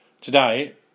Today